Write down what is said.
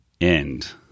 end